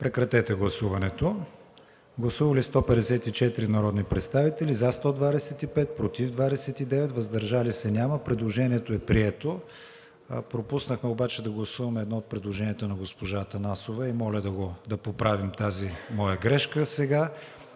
33 по вносител. Гласували 154 народни представители: за 125, против 29, въздържали се няма. Предложенията са приети. Пропуснахме обаче да гласуваме едно от предложенията на госпожа Атанасова и моля да поправим тази моя грешка сега,